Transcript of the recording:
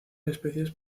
especies